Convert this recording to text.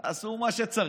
תעשו מה שצריך,